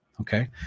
okay